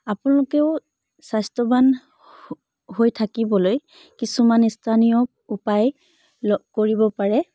আপোনলোকেও স্বাস্থ্যৱান হৈ থাকিবলৈ কিছুমান স্থানীয় উপাই কৰিব পাৰে